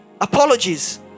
apologies